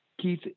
Keith